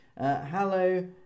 Hello